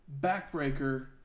backbreaker